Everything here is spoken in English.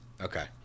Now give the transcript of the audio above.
Okay